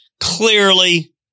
Clearly